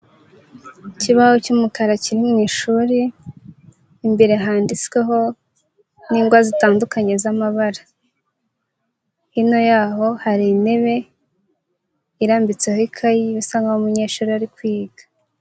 Ikibaho cy'umukara kiri mu ishuri, imbere handitsweho n'ingwa zitandukanye z'amabara, hino yaho hari intebe irambitseho ikayi bisa nkaho umunyeshuri ari kwiga.